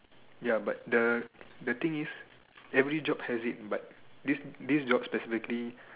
ya the thing is every job has it but this job definitely